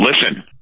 listen